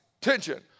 tension